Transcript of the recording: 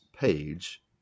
page